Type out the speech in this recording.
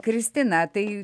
kristina tai